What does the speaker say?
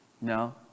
No